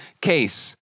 case